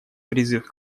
призыв